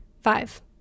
Five